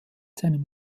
seinem